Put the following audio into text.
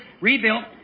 rebuilt